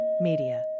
Media